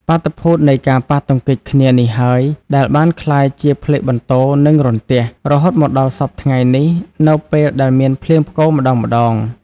បាតុភូតនៃការប៉ះទង្គិចគ្នានេះហើយ ដែលបានក្លាយជាផ្លេកបន្ទោរ និងរន្ទះ រហូតមកដល់សព្វថ្ងៃនេះ នៅពេលដែលមានភ្លៀងផ្គរម្ដងៗ។